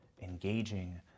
engaging